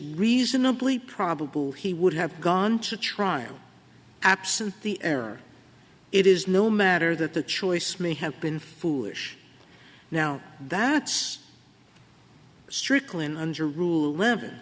reasonably probable he would have gone to trial absent the error it is no matter that the choice may have been foolish now that's stricklin under rule eleven